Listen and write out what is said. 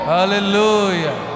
Hallelujah